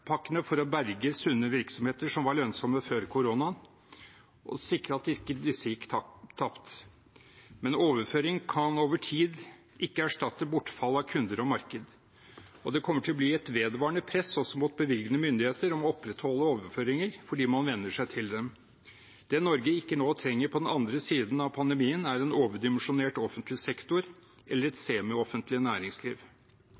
for å berge sunne virksomheter som var lønnsomme før koronaen, og sikre at disse ikke gikk tapt. Men overføringer kan over tid ikke erstatte bortfall av kunder og marked. Og det kommer til å bli et vedvarende press også mot bevilgende myndigheter om å opprettholde overføringene fordi man venner seg til dem. Det Norge ikke trenger på den andre siden av pandemien, er en overdimensjonert offentlig sektor eller et